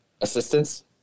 Assistance